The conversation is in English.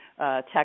tech